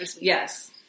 Yes